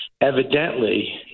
Evidently